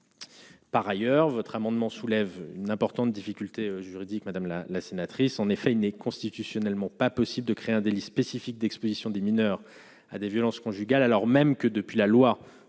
par ailleurs votre amendement soulève une importante difficulté juridique Madame la la sénatrice en effet n'est constitutionnellement pas possible de créer un délit spécifique d'Exposition des mineurs à des violences conjugales, alors même que depuis la loi